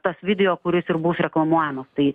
tas video kuris ir bus reklamuojamas tai